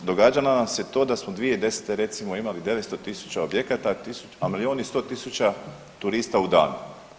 Događalo nam se to da smo 2010. recimo imali 900 tisuća objekata, ali oni 100 tisuća turista u danu.